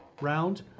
round